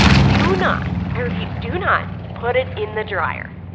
do not i repeat, do not put it in the dryer.